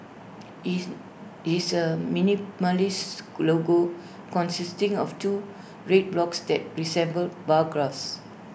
it's is A minimalist logo consisting of two red blocks that resemble bar graphs